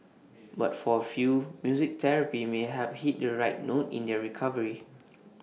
but for A few music therapy may help hit the right note in their recovery